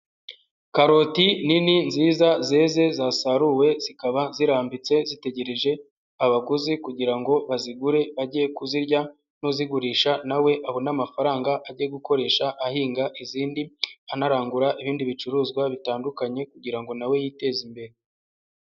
Karoti nini, nziza, zeze, zasaruwe, zikaba zirambitse zitegereje abaguzi kugira ngo bazigure bajye kuzirya n'uzigurisha na we abone amafaranga ajye gukoresha ahinga izindi anarangura ibindi bicuruzwa bitandukanye kugira ngo na we yiteze imbere.